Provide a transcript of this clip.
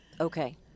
okay